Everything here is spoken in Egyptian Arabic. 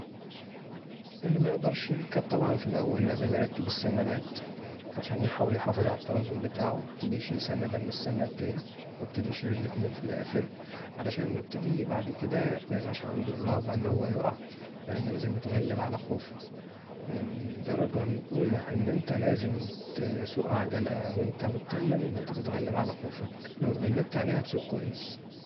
اللي ميقدرش يركب طبعا في الاول لازم يركب السنادات عشان يحافظ علي التوازن بتاعه، يبتدي يشيل سناده من السنادتين، ويبتدي يشيل الاتنين في الآخر، عشان يبتدي بعد كدا ميبقاش عنده الرهبه ان هو يقع لان لازم يتغلب علي خوفه الدرجه الأولي ان انت لازم تسوق عجله وانت مطمن ان انت تتغلب علي خوفك، لو اتغلبت عليه هتسوق كويس.